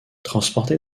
transporté